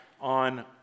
on